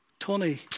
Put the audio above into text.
Tony